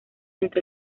entre